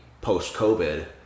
post-COVID